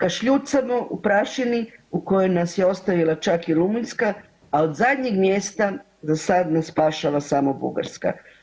Kašljucamo u prašini u kojoj nas je ostavila čak i Rumunjska, a od zadnjeg mjesta zasad nas spašava samo Bugarska.